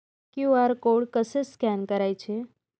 QR code कसे scan करायचे?